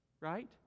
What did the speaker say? Right